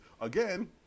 again